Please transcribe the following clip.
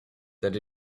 that